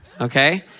okay